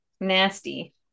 nasty